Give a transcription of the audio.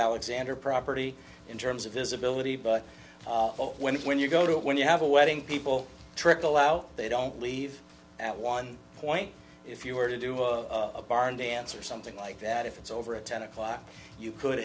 alexander property in terms of visibility but when when you go to when you have a wedding people trickle out they don't leave at one point if you were to do a barn dance or something like that if it's over at ten o'clock you could